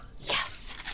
Yes